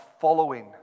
following